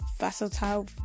versatile